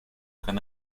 can